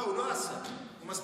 הוא עשה.